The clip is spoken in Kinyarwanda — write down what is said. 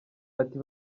ati